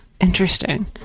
interesting